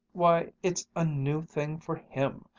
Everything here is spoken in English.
why, it's a new thing for him,